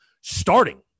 starting